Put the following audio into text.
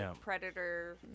predator